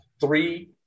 Three